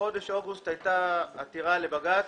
בחודש אוגוסט הייתה עתירה לבג"ץ